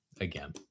again